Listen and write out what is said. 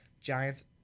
Giants